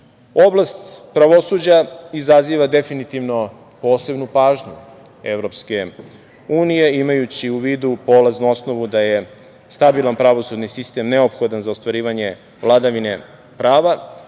pravosuđa izaziva definitivno posebnu pažnju EU imajući u vidu polaznu osnovu da je stabilan pravosudni sistem neophodan za ostvarivanje vladavine prava.